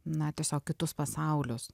na tiesiog kitus pasaulius